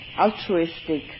altruistic